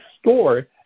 store